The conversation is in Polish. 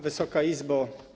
Wysoka Izbo!